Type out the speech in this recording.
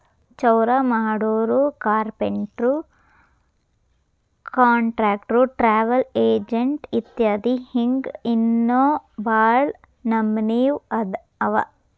ಚೌರಾಮಾಡೊರು, ಕಾರ್ಪೆನ್ಟ್ರು, ಕಾನ್ಟ್ರಕ್ಟ್ರು, ಟ್ರಾವಲ್ ಎಜೆನ್ಟ್ ಇತ್ಯದಿ ಹಿಂಗ್ ಇನ್ನೋ ಭಾಳ್ ನಮ್ನೇವ್ ಅವ